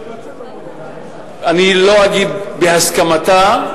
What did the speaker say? אני לא אגיד בהסכמתה,